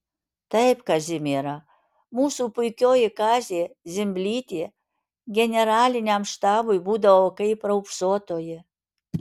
taip kazimiera mūsų puikioji kazė zimblytė generaliniam štabui būdavo kaip raupsuotoji